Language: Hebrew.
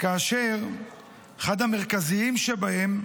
שאחד המרכזיים שבהם